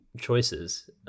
choices